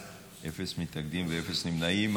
אין מתנגדים, אין נמנעים.